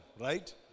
right